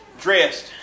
dressed